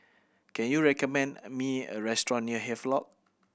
can you recommend me a restaurant near Havelock